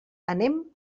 anem